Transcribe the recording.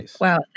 Wow